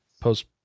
post